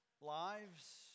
lives